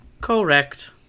Correct